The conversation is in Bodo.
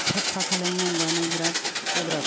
साफा खालायनांगौ आनो बिराद गोब्राब